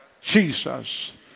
Jesus